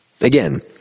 again